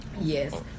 Yes